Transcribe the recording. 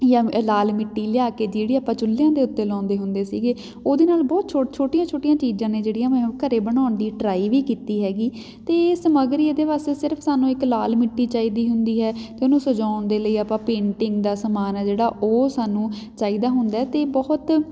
ਜਾਂ ਲਾਲ ਮਿੱਟੀ ਲਿਆ ਕੇ ਜਿਹੜੀ ਆਪਾਂ ਚੁੱਲ੍ਹਿਆਂ ਦੇ ਉੱਤੇ ਲਾਉਂਦੇ ਹੁੰਦੇ ਸੀਗੇ ਉਹਦੇ ਨਾਲ ਬਹੁਤ ਛੋ ਛੋਟੀਆਂ ਛੋਟੀਆਂ ਚੀਜ਼ਾਂ ਨੇ ਜਿਹੜੀਆਂ ਮੈਂ ਉਹ ਘਰ ਬਣਾਉਣ ਦੀ ਟਰਾਈ ਵੀ ਕੀਤੀ ਹੈਗੀ ਅਤੇ ਸਮੱਗਰੀ ਇਹਦੇ ਵਾਸਤੇ ਸਿਰਫ ਸਾਨੂੰ ਇੱਕ ਲਾਲ ਮਿੱਟੀ ਚਾਹੀਦੀ ਹੁੰਦੀ ਹੈ ਅਤੇ ਉਹਨੂੰ ਸਜਾਉਣ ਦੇ ਲਈ ਆਪਾਂ ਪੇਂਟਿੰਗ ਦਾ ਸਮਾਨ ਆ ਜਿਹੜਾ ਉਹ ਸਾਨੂੰ ਚਾਹੀਦਾ ਹੁੰਦਾ ਅਤੇ ਬਹੁਤ